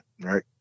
right